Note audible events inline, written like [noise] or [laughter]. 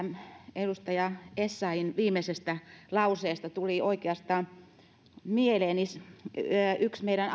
edustaja essayahin viimeisestä lauseesta tuli oikeastaan mieleeni yksi meidän [unintelligible]